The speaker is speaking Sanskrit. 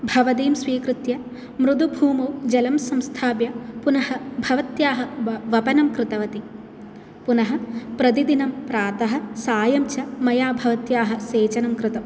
भवतीं स्वीकृत्य मृदुभूमौ जलं संस्थाप्य पुनः भवत्याः वप् वपनं कृतवती पुनः प्रतिदिनं प्रातः सायं च मया भवत्याः सेचनं कृतं